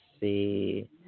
see